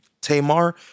Tamar